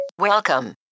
Welcome